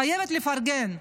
חייבת לפרגן.